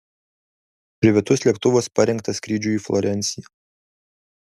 privatus lėktuvas parengtas skrydžiui į florenciją